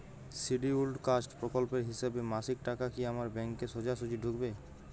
Scheduled caste প্রকল্পের হিসেবে মাসিক টাকা কি আমার ব্যাংকে সোজাসুজি ঢুকবে?